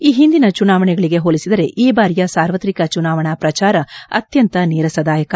ಈ ಹಿಂದಿನ ಚುನಾವಣೆಗಳಿಗೆ ಹೋಲಿಸಿದರೆ ಈ ಬಾರಿಯ ಸಾರ್ವತ್ರಿಕ ಚುನಾವಣಾ ಪ್ರಜಾರ ಅತ್ಯಂತ ನೀರಸದಾಯಕ